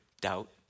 doubt